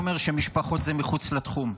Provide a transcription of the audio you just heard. שאומרת שהמשפחות זה מחוץ לתחום,